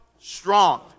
Strong